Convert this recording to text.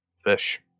Fish